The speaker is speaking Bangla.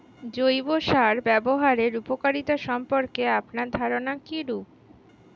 জৈব সার ব্যাবহারের উপকারিতা সম্পর্কে আপনার ধারনা কীরূপ?